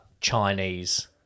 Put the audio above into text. Chinese